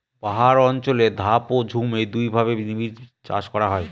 পাহাড় অঞ্চলে ধাপ ও ঝুম এই দুইভাবে নিবিড়চাষ করা হয়